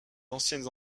anciennes